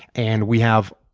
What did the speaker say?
and we have